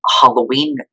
Halloween